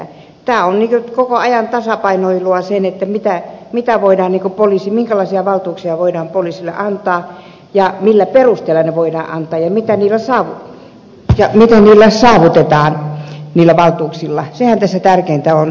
tämä on koko ajan tasapainoilua siinä minkälaisia valtuuksia voidaan poliisille antaa ja millä perusteella ne voidaan antaa ja mitä niillä valtuuksilla saavutetaan sehän tässä tärkeintä on